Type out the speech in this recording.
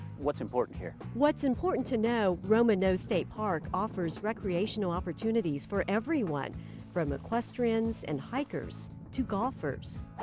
what's important here. what's important to know, roman nose state park offers recreational opportunities for everyone from equestrians and hikers to golfers.